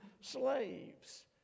slaves